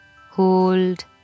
hold